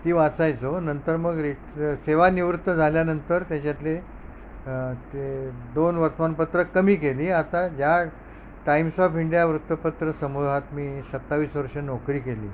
ती वाचायचो नंतर मग रे सेवािवृत्त झाल्यानंतर त्याच्यातले ते दोन वर्तमानपत्र कमी केली आता ज्या टाईम्स ऑफ इंडिया वृत्तपत्र समूहात मी सत्तावीस वर्ष नोकरी केली